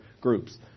groups